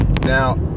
Now